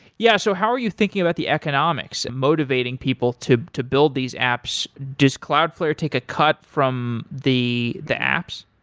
yeah. so how are you thinking about the economics motivating people to to build these apps? does cloudflare take a cut from the the apps?